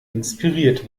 inspiriert